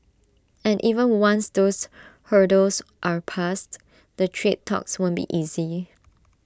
and even once those hurdles are passed the trade talks won't be easy